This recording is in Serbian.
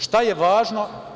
Šta je važno?